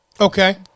Okay